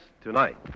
Tonight